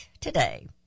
today